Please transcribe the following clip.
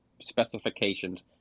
specifications